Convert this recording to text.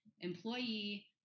employee